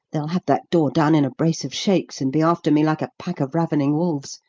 they'll have that door down in a brace of shakes, and be after me like a pack of ravening wolves.